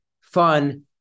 fun